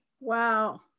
Wow